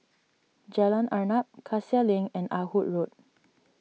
Jalan Arnap Cassia Link and Ah Hood Road